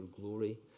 glory